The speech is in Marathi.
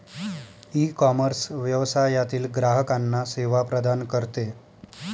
ईकॉमर्स व्यवसायातील ग्राहकांना सेवा प्रदान करते